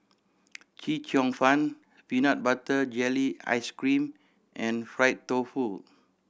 Chee Cheong Fun peanut butter jelly ice cream and fried tofu